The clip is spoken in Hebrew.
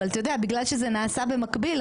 אבל אתה יודע בגלל שזה נעשה במקביל,